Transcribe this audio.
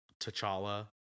T'Challa